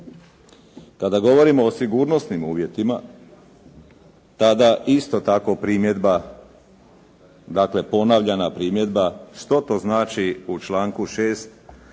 Kada govorimo o sigurnosnim uvjetima, tada isto tako primjedba, dakle, ponovljena primjedba što to znači u članku 6.